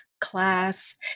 class